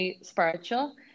spiritual